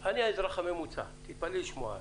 אני, האזרח הממוצע, תתפלאי לשמוע.